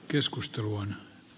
keskustelu on